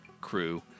crew